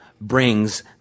brings